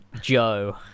Joe